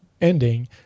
ending